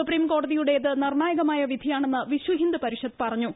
സുപ്രീംകോടതിയുടേത് നിർണായകമായ വിധിയാണെന്ന് വിശ്വഹിന്ദ് പരിഷത്ത് പറഞ്ഞു